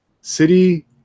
City